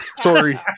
Sorry